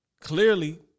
clearly